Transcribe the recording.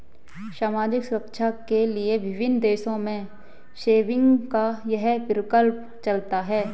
सामाजिक सुरक्षा के लिए विभिन्न देशों में सेविंग्स का यह प्रकल्प चलता है